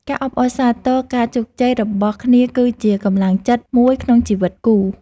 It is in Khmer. ការអបអរសាទរការជោគជ័យរបស់គ្នាគឺជាកម្លាំងចិត្តមួយក្នុងជីវិតគូ។